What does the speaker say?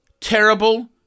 terrible